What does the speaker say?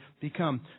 become